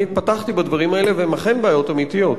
אני פתחתי בדברים האלה, והן אכן בעיות אמיתיות.